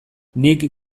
nik